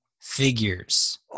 figures